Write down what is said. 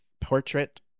portrait